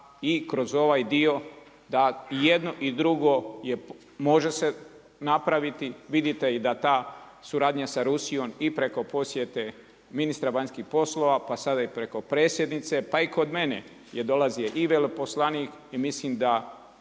i kroz ovaj dio da jedno i drugo može se napraviti, vidite i da ta suradnja sa Rusijom i preko posjete ministra vanjskih poslova, pa sada i preko Predsjednice, pa i kod mene je dolazio i veleposlanik i mislim da